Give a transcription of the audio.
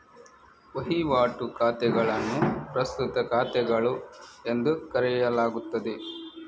ವಹಿವಾಟು ಖಾತೆಗಳನ್ನು ಪ್ರಸ್ತುತ ಖಾತೆಗಳು ಎಂದು ಕರೆಯಲಾಗುತ್ತದೆ